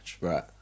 Right